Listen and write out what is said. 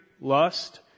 lust